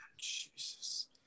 Jesus